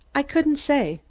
i couldn't say.